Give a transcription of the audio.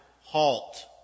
HALT